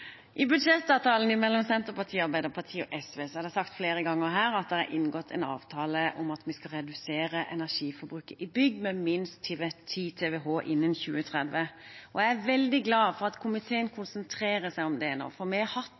budsjettavtalen mellom Senterpartiet, Arbeiderpartiet og SV, er det sagt flere ganger her at det er inngått en avtale om at vi skal redusere energiforbruket i bygg med minst 10 TWh innen 2030. Jeg er veldig glad for at komiteen konsentrerer seg om det nå, for vi hatt